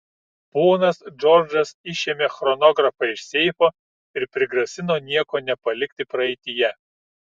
ponas džordžas išėmė chronografą iš seifo ir prigrasino nieko nepalikti praeityje